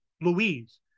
Louise